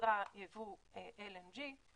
היתרה ייבוא LNG;